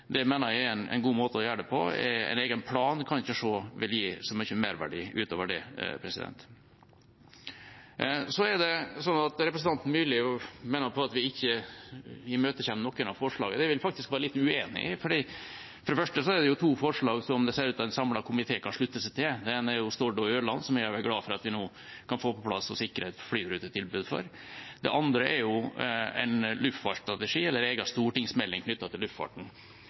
Det mener jeg er en god måte å gjøre det på. En egen plan kan jeg ikke se vil gi så mye merverdi utover det. Representanten Myrli mener at vi ikke imøtekommer noen av forslagene. Det vil jeg faktisk være litt uenig i. For det første er det to forslag det ser ut til at en samlet komité kan slutte seg til. Det ene gjelder Stord og Ørland, som jeg er glad for at vi nå kan få på plass og sikre et flyrutetilbud for. Det andre gjelder en luftfartsstrategi, eller en egen stortingsmelding om luftfarten,